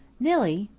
nillie,